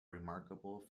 remarkable